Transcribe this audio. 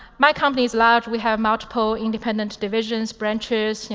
my company is large, we have multiple independent divisions, branches, yeah